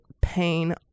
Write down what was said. pain